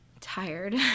tired